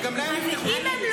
וגם להם נפתחו תיקים?